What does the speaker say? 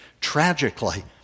Tragically